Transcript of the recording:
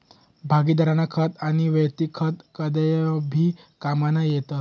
भागिदारीनं खातं आनी वैयक्तिक खातं कदय भी काममा येतस